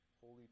Holy